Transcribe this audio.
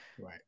right